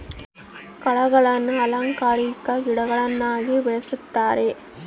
ಕಳೆಗಳನ್ನ ಅಲಂಕಾರಿಕ ಗಿಡಗಳನ್ನಾಗಿ ಬೆಳಿಸ್ತರೆ